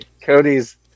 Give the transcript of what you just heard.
Cody's